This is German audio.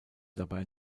dabei